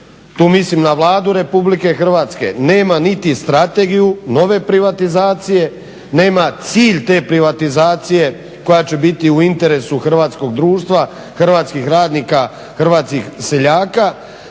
tu mislim na Vladu Republike Hrvatske, nema niti strategiju nove privatizacije, nema cilj te privatizacije koja će biti u interesu hrvatskog društva, hrvatskih radnika, hrvatskih seljaka.